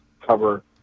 cover